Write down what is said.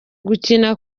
gukina